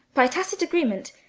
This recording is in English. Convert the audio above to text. by tacit agreement,